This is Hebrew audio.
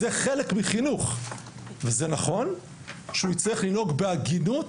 זה חלק מחינוך וזה נכון שהוא יצטרך לנהוג בהגינות